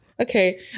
Okay